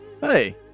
Hey